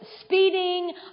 speeding